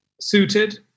suited